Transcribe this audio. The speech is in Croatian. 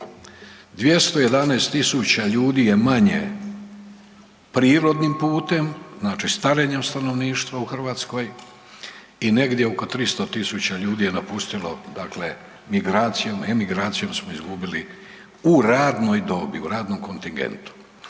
211 000 ljudi je manje prirodnim putem, znači starenjem stanovništva u Hrvatskoj i negdje oko 300 000 ljudi je napustilo dakle migracijom, emigracijom smo izgubili u radnoj dobi, u radnom kontingentu.